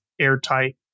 airtight